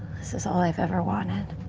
this is all i've ever wanted.